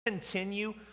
continue